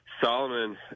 Solomon